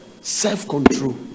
self-control